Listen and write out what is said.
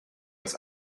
was